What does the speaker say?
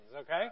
okay